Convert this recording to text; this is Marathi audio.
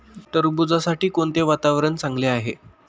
टरबूजासाठी कोणते वातावरण चांगले आहे?